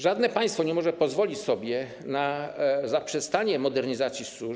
Żadne państwo nie może pozwolić sobie na zaprzestanie modernizacji służb.